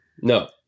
No